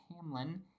Hamlin